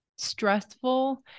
stressful